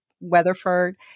Weatherford